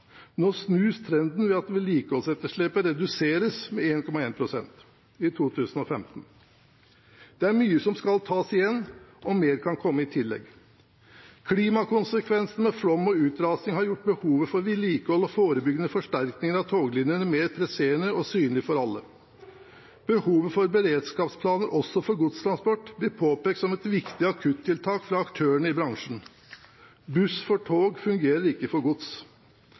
Nå snus trenden ved at vedlikeholdsetterslepet reduseres med 1,1 pst. i 2015. Men det er mye som skal tas igjen, og mer kan komme i tillegg. Klimakonsekvensene med flom og utrasing har gjort behovet for vedlikehold og forebyggende forsterkninger av toglinjene mer presserende og synlige for alle. Behovet for beredskapsplaner, også for godstransport, blir påpekt som et viktig akuttiltak fra aktørene i bransjen. Buss for tog fungerer ikke for gods.